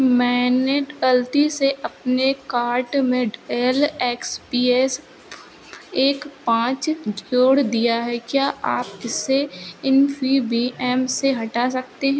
मैंने गलती से अपने कार्ट में डेल एक्स पी एस एक पाँच जोड़ दिया है क्या आप इसे इन्फीबीएम से हटा सकते